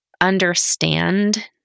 understand